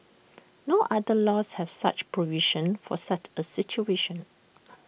no other laws have such provisions for such A situation